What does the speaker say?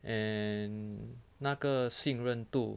and 那个信任度